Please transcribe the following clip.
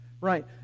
Right